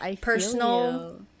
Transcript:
personal